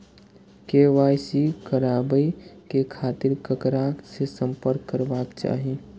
KYC कराबे के खातिर ककरा से संपर्क करबाक चाही?